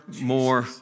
more